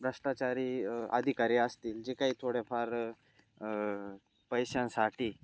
भ्रष्टाचारी अधिकारी असतील जी काही थोडेफार पैशांसाठी